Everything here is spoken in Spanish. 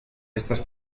estas